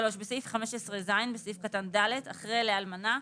(3)בסעיף 15ז, בסעיף קטן (ד), אחרי "לאלמנה,"